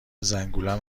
زنگولم